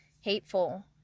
Hateful